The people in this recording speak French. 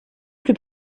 plus